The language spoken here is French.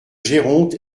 géronte